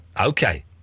Okay